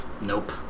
Nope